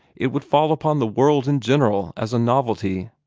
it would fall upon the world in general as a novelty.